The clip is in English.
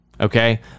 Okay